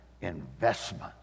investment